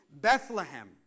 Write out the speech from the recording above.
Bethlehem